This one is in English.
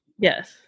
Yes